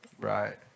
Right